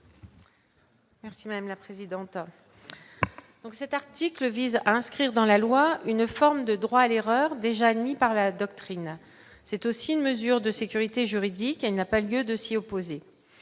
Merci madame la présidente,